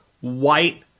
white